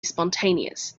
spontaneous